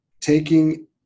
taking